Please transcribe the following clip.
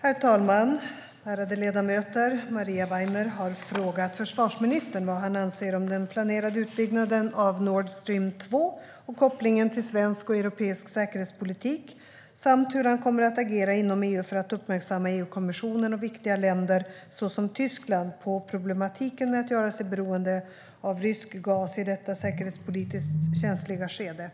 Herr talman! Ärade ledamöter! Maria Weimer har frågat försvarsministern vad han anser om den planerade utbyggnaden av Nordstream 2 och kopplingen till svensk och europeisk säkerhetspolitik samt hur han kommer att agera inom EU för att uppmärksamma EU-kommissionen och viktiga länder såsom Tyskland på problematiken med att göra sig beroende av rysk gas i detta säkerhetspolitiskt känsliga skede.